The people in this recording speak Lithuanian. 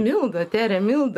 milda tere milda